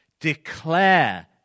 Declare